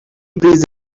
breeze